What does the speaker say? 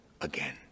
again